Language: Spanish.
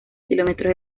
kilómetros